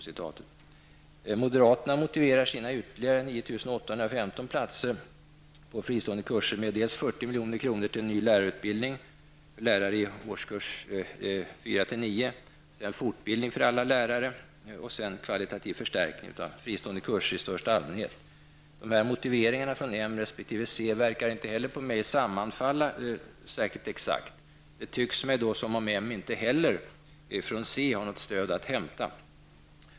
Centern motiverar sina ytterligare 970 platser på fristående kurser med att det skall ge ''möjligheter till likvärdig regional utveckling i hela landet''. Dessa motiveringar från moderaterna resp. centern verkar inte sammanfalla särskilt exakt. Det tycks mig som om moderaterna inte heller från centern har något stöd att hämta.